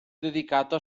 dedicato